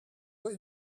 were